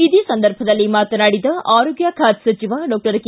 ಇದೇ ಸಂದರ್ಭದಲ್ಲಿ ಮಾತನಾಡಿದ ಆರೋಗ್ಯ ಖಾತೆ ಸಚಿವ ಡಾಕ್ಷರ್ ಕೆ